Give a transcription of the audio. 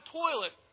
toilet